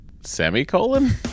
semicolon